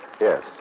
Yes